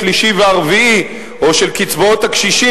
השלישי והרביעי או של קצבאות הקשישים,